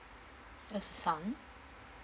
it's a son